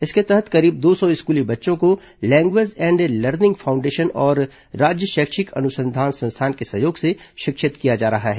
इसके तहत करीब दो सौ स्कूली बच्चों को लैंग्वेज एंड लर्निंग फाउंडेशन और राज्य शैक्षिक अनुसंधान संस्थान के सहयोग से शिक्षित किया जा रहा है